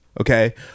Okay